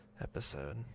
episode